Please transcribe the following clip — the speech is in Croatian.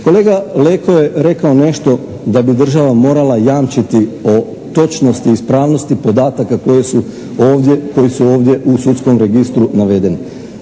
Kolega Leko je rekao nešto da bi država morala jamčiti o točnosti i ispravnosti podataka koji su ovdje u sudskom registru navedeni.